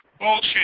Bullshit